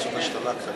אני